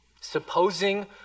supposing